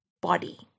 body